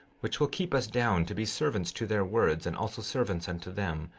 which will keep us down to be servants to their words, and also servants unto them,